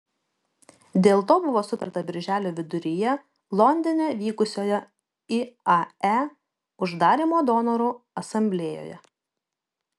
dėl to buvo sutarta birželio viduryje londone vykusioje iae uždarymo donorų asamblėjoje